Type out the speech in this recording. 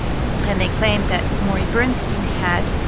and they claimed that morrie bernstein had,